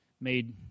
made